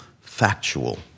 factual